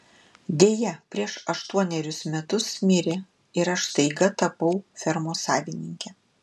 deja prieš aštuonerius metus mirė ir aš staiga tapau fermos savininke